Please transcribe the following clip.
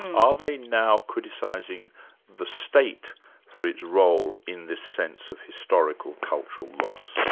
are they now criticising the state for its role in this sense of historical cultural loss?